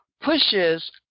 pushes